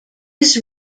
his